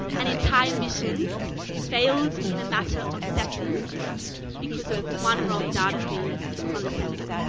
an entire mission failed in a matter of seconds because of one wrong data feed from the sensor.